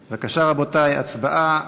בבקשה, רבותי, הצבעה.